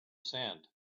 sand